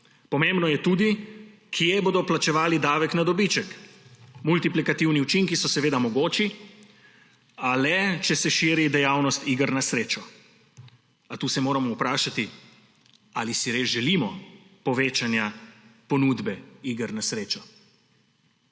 Pomembno je tudi, kje bodo plačevali davek na dobiček. Multiplikativni učinki so seveda mogoči, a le če se širi dejavnost iger na srečo. A tu se moramo vprašati, ali si res želimo povečanja ponudbe iger na srečo.